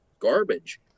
garbage